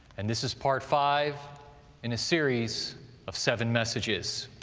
and this is part five in a series of seven messages.